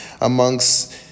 amongst